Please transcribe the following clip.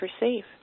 receive